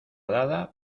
dada